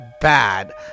bad